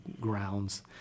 grounds